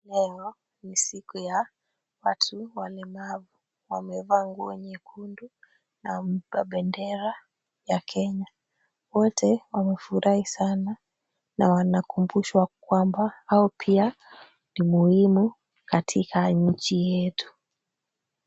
Leo ni siku ya watu walemavu, Wamevaa nguo nyekundu na wamebeba bendera ya Kenya. Wote wamefurahi sana na wanakumbushwa kwamba hao pia ni muhimu katika nchi yetu.